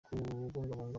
kubungabunga